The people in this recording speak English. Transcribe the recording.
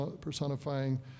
personifying